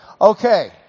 Okay